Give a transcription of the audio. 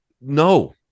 No